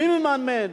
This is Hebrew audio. מי מממן,